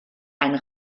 ein